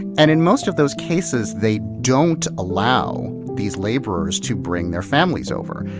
and in most of those cases, they don't allow these laborers to bring their families over.